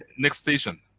next station.